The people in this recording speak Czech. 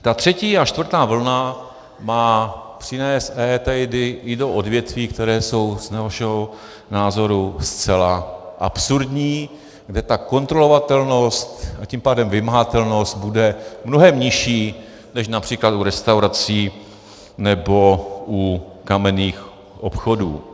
Ta třetí a čtvrtá vlna má přinést EET i do odvětví, která jsou podle našeho názoru zcela absurdní, kde kontrolovatelnost, a tím pádem vymahatelnost bude mnohem nižší než například u restaurací nebo u kamenných obchodů.